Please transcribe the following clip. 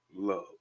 love